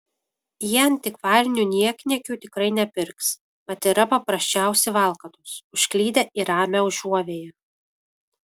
jie antikvarinių niekniekių tikrai nepirks mat yra paprasčiausi valkatos užklydę į ramią užuovėją